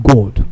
God